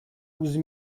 douze